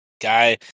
Guy